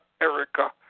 Erica